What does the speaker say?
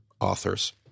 authors